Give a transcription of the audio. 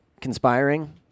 conspiring